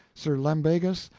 sir lambegus,